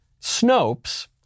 Snopes